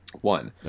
One